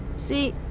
see,